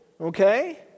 okay